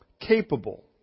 capable